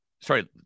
Sorry